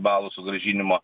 balų sugrąžinimo